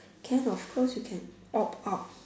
can of course you can opt out